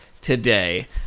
today